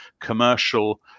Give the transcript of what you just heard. commercial